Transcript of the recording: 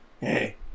Hey